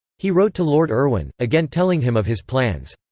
he wrote to lord irwin, again telling him of his plans.